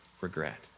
regret